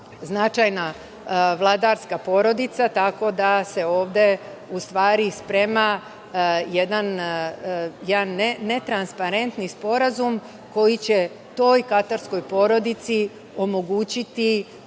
značajna vladarska porodica, tako da se ovde u stvari sprema jedan netransparentni sporazum koji će toj katarskoj porodici omogućiti